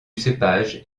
cépage